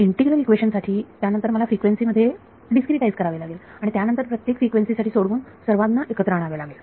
integral equation साठी त्यानंतर मला फ्रिक्वेन्सी मध्ये डीस्क्रीटाइझ करावे लागेल त्यानंतर प्रत्येक फ्रिक्वेन्सी साठी सोडवून सर्वांना एकत्र घालावे लागेल